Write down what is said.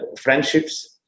friendships